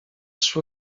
szły